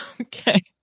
Okay